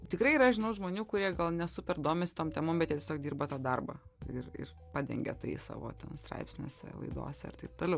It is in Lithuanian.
tikrai yra žinau žmonių kurie gal ne super domisi tom temom bet tiesiog dirba tą darbą ir ir padengia tai savo ten straipsniuose laidose ir taip toliau